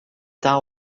taal